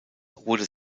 wurde